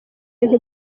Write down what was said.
bintu